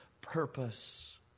purpose